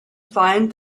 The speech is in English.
find